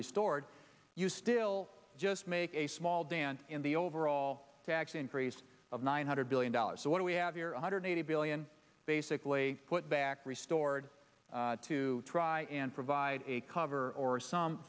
restored you still just make a small dent in the overall tax increase of nine hundred billion dollars so what we have your one hundred eighty billion basically put back restored to try and provide a cover or some